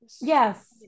yes